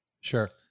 Sure